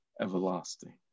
everlasting